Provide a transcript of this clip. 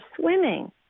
swimming